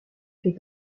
fait